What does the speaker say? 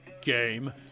game